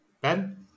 Ben